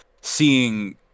seeing